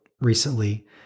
recently